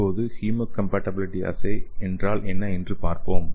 இப்போது hemocompatibility assay என்றால் என்ன என்று பார்ப்போம்